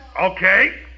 Okay